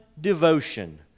devotion